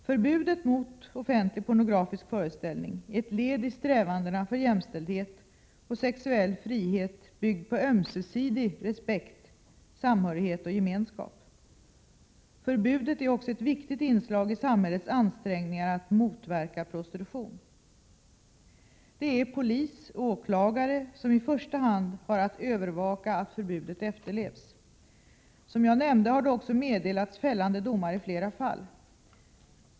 Förbudet mot offentlig pornografisk föreställning är ett led i strävandena för jämställdhet oich sexuell frihet byggd på ömsesidig respekt, samhörighet och gemenskap. Förbudet är också ett viktigt inslag i samhällets ansträngningar att motverka prostitution. Det är polis och åklagare som i första hand har att övervaka att förbudet efterlevs. Som jag nämnde har det också meddelats fällande domar i flera fall.